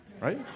right